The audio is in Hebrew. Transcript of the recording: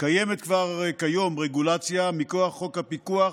קיימת כבר כיום רגולציה מכוח חוק הפיקוח